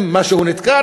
אם מישהו נתקע?